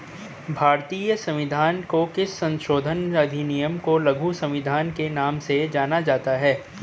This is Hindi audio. भारतीय संविधान के किस संशोधन अधिनियम को लघु संविधान के नाम से जाना जाता है?